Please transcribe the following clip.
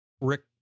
Rick